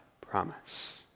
promise